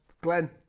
Glenn